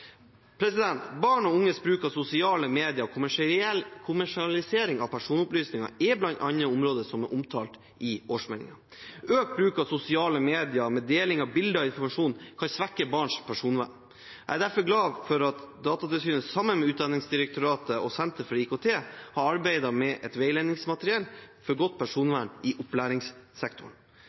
Barn og unges bruk av sosiale medier og kommersialisering av personopplysninger er blant de områdene som er omtalt i årsmeldingen. Økt bruk av sosiale medier med deling av bilder og informasjon kan svekke barns personvern. Jeg er derfor glad for at Datatilsynet sammen med Utdanningsdirektoratet og Senter for IKT har arbeidet med et veiledningsmateriell for godt personvern i opplæringssektoren.